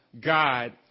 God